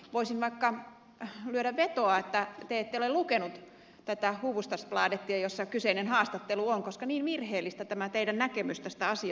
voisin vaikka lyödä vetoa että te ette ole lukenut tätä hufvudstadsbladetia jossa kyseinen haastattelu on koska niin virheellinen tämä teidän näkemyksenne tästä asiasta on